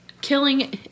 killing